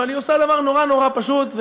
אבל היא עושה דבר נורא נורא פשוט,